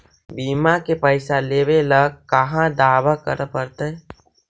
बिमा के पैसा लेबे ल कहा दावा करे पड़तै?